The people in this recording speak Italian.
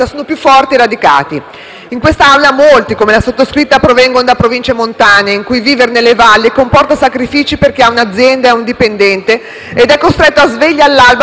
In quest'Aula molti, come la sottoscritta, provengono da Province montane: vivere nelle valli comporta sacrifici per chi ha un'azienda o è un dipendente ed è costretto a svegliarsi all'alba per raggiungere il posto di lavoro;